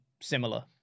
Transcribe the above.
similar